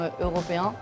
européen